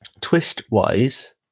twist-wise